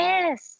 Yes